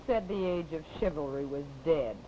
said the age of chivalry was dead